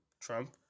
Trump